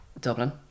Dublin